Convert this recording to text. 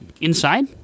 Inside